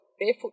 barefoot